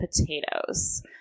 potatoes